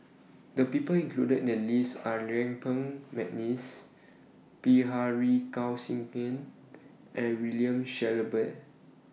The People included in The list Are Yuen Peng Mcneice Bilahari Kausikan and William Shellabear